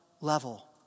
level